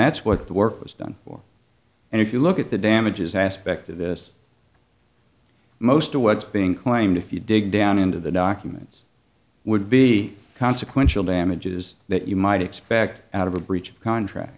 that's what the work was done for and if you look at the damages aspect of this most of what's being claimed if you dig down into the documents would be consequential damages that you might expect out of a breach of contract